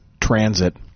transit